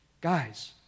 guys